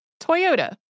Toyota